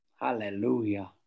Hallelujah